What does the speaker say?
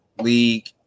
League